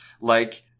Like-